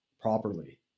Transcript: properly